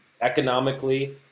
economically